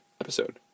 episode